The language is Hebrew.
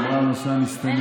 אם היא דיברה על נושא המסתננים,